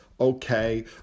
okay